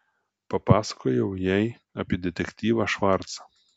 papasakojau jai apie detektyvą švarcą